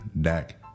Dak